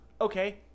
Okay